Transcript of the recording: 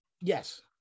yes